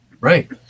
Right